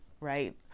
right